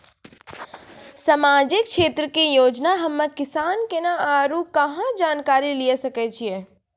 समाजिक क्षेत्र के योजना हम्मे किसान केना आरू कहाँ जानकारी लिये सकय छियै?